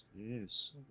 Yes